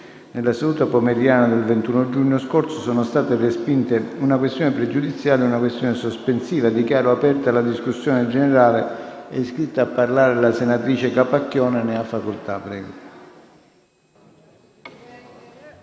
nella seduta pomeridiana del 21 giugno sono state respinte una questione pregiudiziale e una questione sospensiva. Dichiaro aperta la discussione generale. È iscritta a parlare la senatrice Capacchione. Ne ha facoltà.